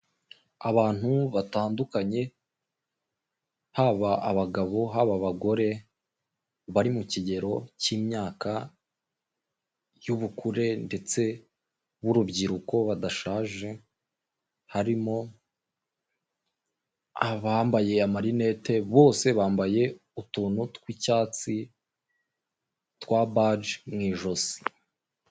Abantu batandukanye haba abagabo haba bagore bari mu kigero cy'imyaka y'ubukure ndetse b'urubyiruko badashaje, harimo abambaye amarinete bose bambaye utuntu tw'icyatsi twabaji m'ijosi.